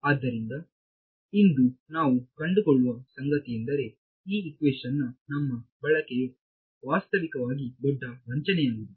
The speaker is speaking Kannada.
ಆದ್ದರಿಂದ ಇಂದು ನಾವು ಕಂಡುಕೊಳ್ಳುವ ಸಂಗತಿಯೆಂದರೆ ಈ ಇಕ್ವೇಶನ್ ನ ನಮ್ಮ ಬಳಕೆಯು ವಾಸ್ತವವಾಗಿ ದೊಡ್ಡ ವಂಚನೆಯಾಗಿದೆ